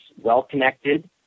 well-connected